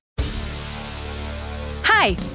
Hi